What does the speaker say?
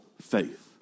faith